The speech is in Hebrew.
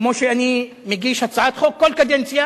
כמו שאני מגיש הצעת חוק כל קדנציה,